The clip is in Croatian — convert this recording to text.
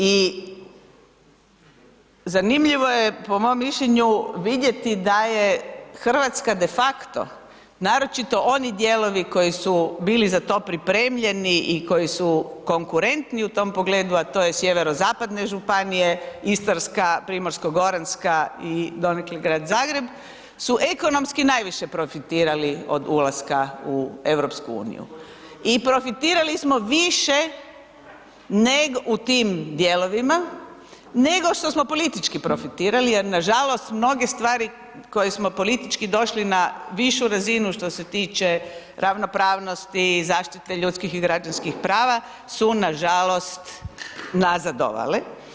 I zanimljivo je po mom mišljenju vidjeti da je Hrvatska de facto, naročito oni dijelovi koji su bili za to pripremljeni i koji su konkurentni u tom pogledu a to je sjeverozapadne županije, Istarska, Primorsko-goranska i donekle grad Zagreb su ekonomski najviše profitirali od ulaska u EU i profitirali smo više nego u tim dijelovima nego što smo politički profitirali jer nažalost, mnoge stvari koje smo politički došli na višu razinu što se tiče ravnopravnosti, zaštite ljudskih i građanskih prava su nažalost nazadovale.